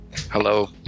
Hello